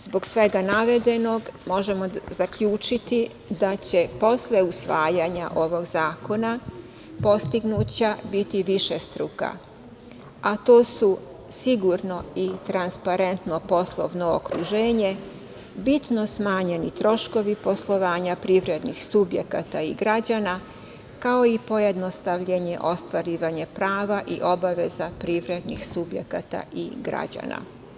Zbog svega navedenog, možemo zaključiti da će posle usvajanja ovog zakona postignuća biti višestruka, a to su sigurno i transparentno poslovno okruženje, bitno smanjeni troškovi poslovanja privrednih subjekata i građana kao i pojednostavljenje, ostvarivanje prava i obaveza privrednih subjekata i građana.